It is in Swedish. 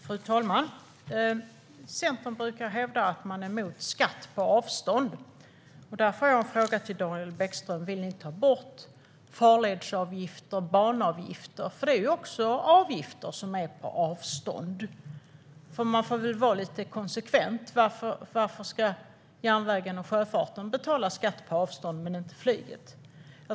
Fru talman! Centern brukar hävda att man är emot skatt på avstånd, och därför har jag en fråga till Daniel Bäckström: Vill ni ta bort farledsavgifter och banavgifter? Det är ju också avgifter på avstånd. Man får väl vara lite konsekvent: Varför ska järnvägen och sjöfarten betala skatt på avstånd men inte flyget?